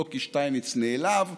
לא כי שטייניץ נעלב,